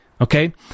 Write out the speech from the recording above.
okay